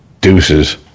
Deuces